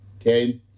okay